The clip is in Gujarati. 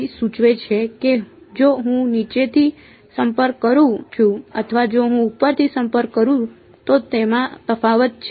તેથી તે સૂચવે છે કે જો હું નીચેથી સંપર્ક કરું છું અથવા જો હું ઉપરથી સંપર્ક કરું તો તેમાં તફાવત છે